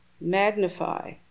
magnify